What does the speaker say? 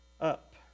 up